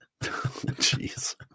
Jeez